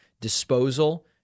disposal